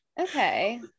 Okay